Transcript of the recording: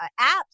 apps